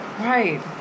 Right